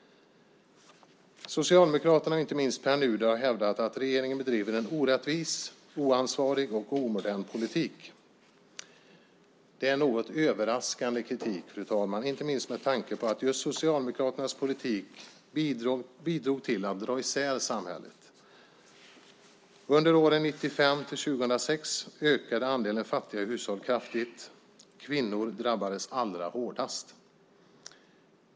Socialdemokraterna, och inte minst Pär Nuder, har hävdat att regeringen bedriver en orättvis, oansvarig och omodern politik. Det är en något överraskande kritik, fru talman, inte minst med tanke på att just Socialdemokraternas politik bidrog till att dra isär samhället. Under åren 1995-2006 ökade andelen fattiga hushåll kraftigt. Kvinnor drabbades allra hårdast.